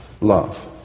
love